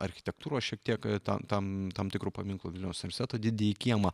architektūros šiek tiek tam tam tikrų paminklų vilniaus universiteto didįjį kiemą